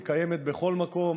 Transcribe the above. היא קיימת בכל מקום,